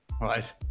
right